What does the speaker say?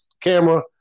camera